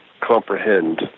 comprehend